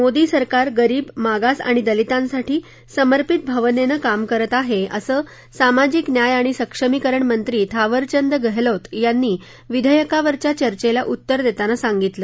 मोदी सरकार गरीब मागास ाणि दलितांसाठी समर्पित भावनक्षकाम करत िहा असं सामाजिक न्याय िणि सक्षमीकरण मंत्री थावरचंद गहलोत यांनी विधक्कावरच्या चर्चेला उत्तर दक्तिना सांगितलं